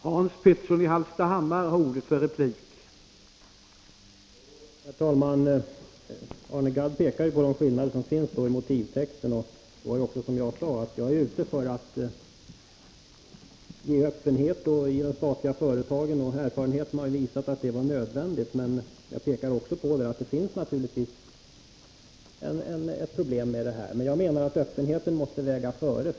Herr talman! Det är riktigt som vår utskottsordförande framhöll i sitt inlägg, att enigheten är stor på den här punkten.